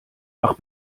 nach